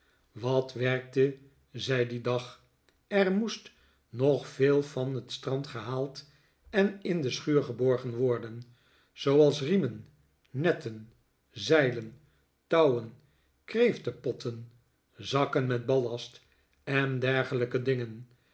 wat werkte zij dien dag er moest nog veel van het strand gehaald en in de schuur geborgen worden zooals riemen netten zeilen touwen kreeftenpotten zakken met ballast en dergelijke dingen